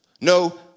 No